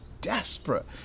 desperate